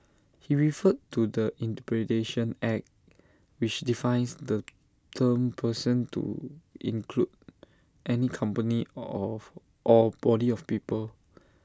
he referred to the interpretation act which defines the term person to include any company of or body of people